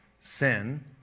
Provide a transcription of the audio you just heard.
Sin